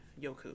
Yoku